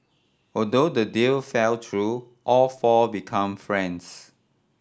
although the deal fell through all four become friends